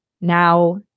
now